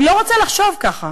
אני לא רוצה לחשוב ככה,